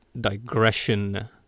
digression